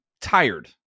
tired